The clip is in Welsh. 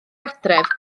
adref